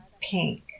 pink